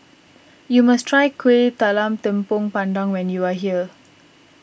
you must try Kueh Talam Tepong Pandan when you are here